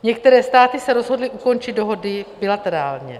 Některé státy se rozhodly ukončit dohodu bilaterálně.